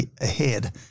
ahead